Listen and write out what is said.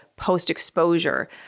post-exposure